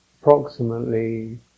Approximately